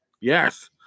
Yes